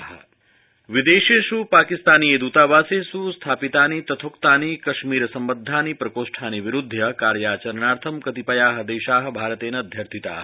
भारत पाकिस्तान कश्मीर विदेशेष् पाकिस्तानीय दूतावासेष् स्थापितानि तथोक्तानि कश्मीर सम्बद्धानि प्रकोष्ठानि विरूध्य कार्याचरणर्थ कतिपया देशा भारतेन अध्यर्थिता